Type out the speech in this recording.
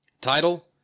Title